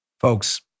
Folks